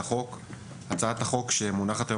הצעת החוק שמונחת,